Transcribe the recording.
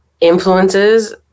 influences